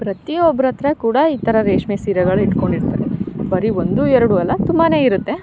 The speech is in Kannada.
ಪ್ರತಿ ಒಬ್ರಹತ್ರ ಕೂಡ ಈ ಥರ ರೇಷ್ಮೆ ಸೀರೆಗಳು ಇಟ್ಕೊಂಡಿರ್ತಾರೆ ಬರಿ ಒಂದು ಎರಡು ಅಲ್ಲ ತುಂಬಾ ಇರುತ್ತೆ